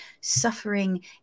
suffering